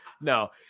No